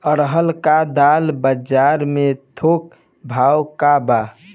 अरहर क दाल बजार में थोक भाव का बा?